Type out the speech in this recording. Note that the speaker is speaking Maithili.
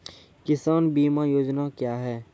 किसान बीमा योजना क्या हैं?